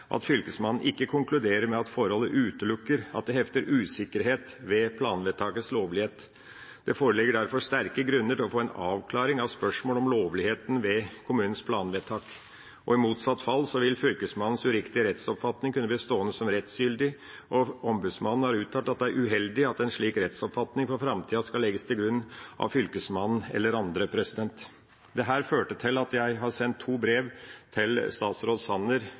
at Fylkesmannen ikke konkluderer med at forholdet utelukker at det hefter usikkerhet ved planvedtakets lovlighet. Det foreligger derfor sterke grunner til å få en avklaring av spørsmålet om lovligheten ved kommunens planvedtak. I motsatt fall vil Fylkesmannens uriktige rettsoppfatning kunne bli stående som rettsgyldig, og ombudsmannen har uttalt at det er uheldig at en slik rettsoppfatning for framtida skal legges til grunn av Fylkesmannen eller andre. Dette førte til at jeg sendte to brev til statsråd Sanner